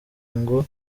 ngo